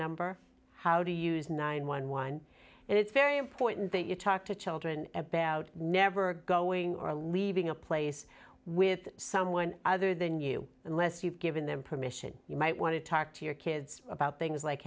number how to use nine one one it's very important that you talk to children about never going or leaving a place with someone other than you unless you've given them permission you might want to talk to your kids about things like